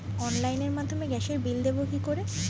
অনলাইনের মাধ্যমে গ্যাসের বিল দেবো কি করে?